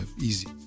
easy